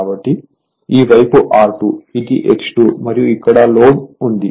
కాబట్టి ఈ వైపు R2 ఇది X2 మరియు ఇక్కడ లోడ్ ఉంది